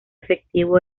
efectivo